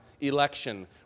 election